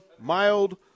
mild